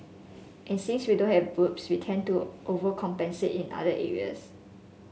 and since we don't have boobs we tend to overcompensate in other areas